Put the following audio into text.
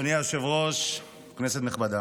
אדוני היושב-ראש, כנסת נכבדה,